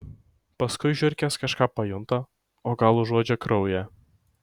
paskui žiurkės kažką pajunta o gal užuodžia kraują